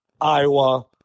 Iowa